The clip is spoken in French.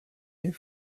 année